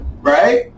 right